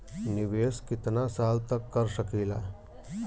निवेश कितना साल तक कर सकीला?